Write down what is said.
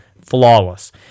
Flawless